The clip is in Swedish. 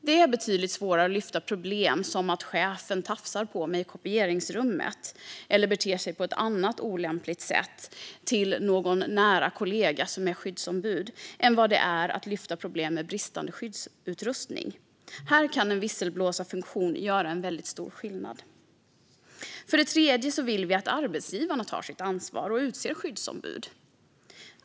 Det är betydligt svårare att lyfta fram problem som att chefen tafsar på mig i kopieringsrummet eller beter sig på ett annat olämpligt sätt till någon nära kollega som är skyddsombud än vad det är att lyfta problem med bristande skyddsutrustning. Här kan en visselblåsarfunktion göra en mycket stor skillnad. För det tredje vill vi att arbetsgivarna tar sitt ansvar och utser skyddsombud.